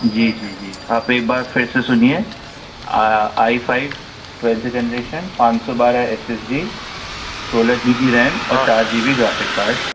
जी जी जी आप एक बार फिर से सुनिए आई फ़ाइव ट्वेल्थ जनरेशन पाँच सौ बारह एस एस डी सोलह जी बी रैम और चार जी बी ग्राफ़िक कार्ड